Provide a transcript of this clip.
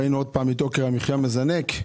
וראינו שוב את יוקר המחייה מזנק.